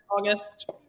August